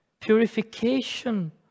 purification